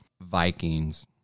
Vikings